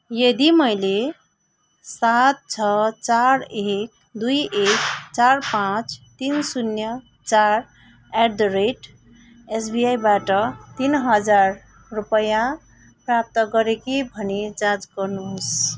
यदि मैले सात छ चार एक दुई एक चार पाँच तिन शून्य चार एट द रेट एसबिआईबाट तिन हजार रुपियाँ प्राप्त गरेँ कि भनी जाँच गर्नुहोस्